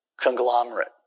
conglomerate